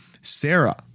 Sarah